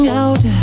out